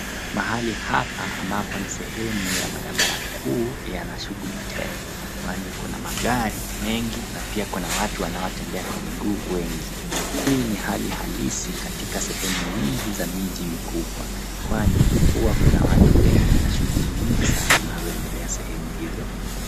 Mahali hapa ambayo ni sehemu ya barabara kuu yana shughuli tele kwani kuna magari mengi na pia kuna watu wanaotembea kwa miguu wengi. Hii ni hali halisi katika sehemu mingi za miji mikubwa kwani huwa na watu wengi na shughuli nyingi sana zinazoendelea sehemu hizo.